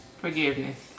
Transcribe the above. Forgiveness